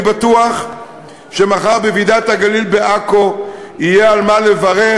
אני בטוח שמחר בוועידת הגליל בעכו יהיה על מה לברך,